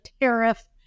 tariff